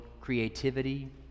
creativity